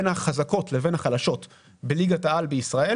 בין החזקות לבין החלשות בליגת העל בישראל